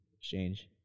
exchange